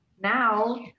now